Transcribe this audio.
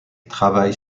travaille